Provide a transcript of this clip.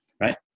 right